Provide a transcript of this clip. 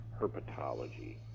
herpetology